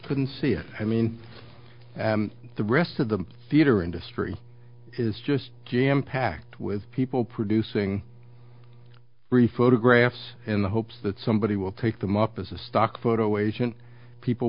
couldn't see it i mean the rest of the theater industry is just jam packed with people producing three photographs in the hopes that somebody will pick them up as a stock photo asian people